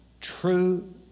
true